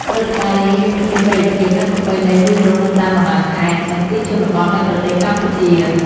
ព្រឹត្តិការណ៍នេះមានប្រជាប្រិយភាព និងប្រពៃណីយូរលង់នៅតាមបណ្តាខេត្ត និងទីជនបទនៃប្រទេសកម្ពុជា។